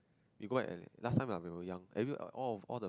we go at last time when we were young every all of all